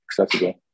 accessible